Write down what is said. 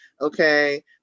okay